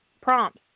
prompts